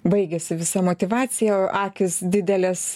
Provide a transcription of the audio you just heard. baigiasi visa motyvacija akys didelės